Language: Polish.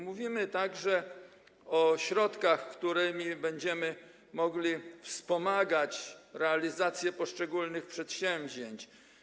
Mówimy także o środkach, którymi będziemy mogli wspomagać realizację poszczególnych przedsięwzięć.